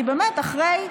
כי באמת אחרי,